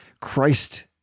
Christ